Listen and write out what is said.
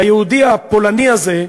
ליהודי הפולני הזה,